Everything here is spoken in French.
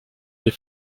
les